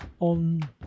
on